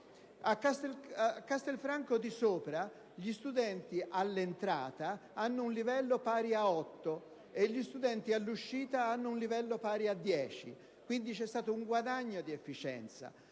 a Castelforte di Sopra gli studenti, all'entrata, hanno un livello pari a otto e gli studenti all'uscita un livello pari a dieci; quindi, c'è stato un guadagno di efficienza.